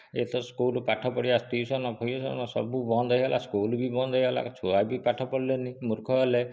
ୟେ ତ ସ୍କୁଲ ପାଠ ପଢ଼ିବା ଟ୍ୟୁସନ ଫ୍ୟୁସନ ସବୁ ବନ୍ଦ ହୋଇଗଲା ସ୍କୁଲ ବି ବନ୍ଦ ହୋଇଗଲା ଛୁଆ ବି ପାଠ ପଢ଼ିଲେନି ମୂର୍ଖ ହେଲେ